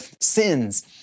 sins